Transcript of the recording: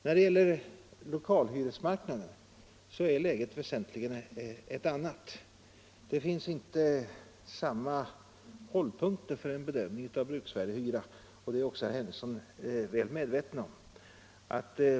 När det gäller lokalhyresmarknaden är läget väsentligen ett annat. Det finns inte samma hållpunkter för en bedömning av bruksvärdehyra, och det är också herr Henrikson väl medveten om.